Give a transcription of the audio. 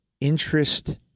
interest